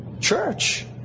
Church